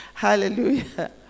Hallelujah